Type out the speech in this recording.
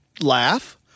laugh